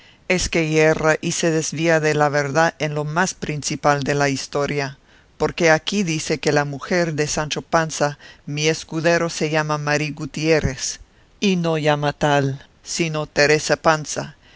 es que yerra y se desvía de la verdad en lo más principal de la historia porque aquí dice que la mujer de sancho panza mi escudero se llama mari gutiérrez y no llama tal sino teresa panza